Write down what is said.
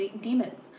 demons